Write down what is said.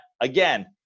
again